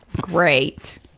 great